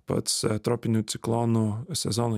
pats tropinių ciklonų sezono